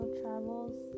travels